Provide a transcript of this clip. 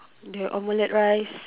the omelette rice